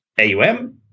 AUM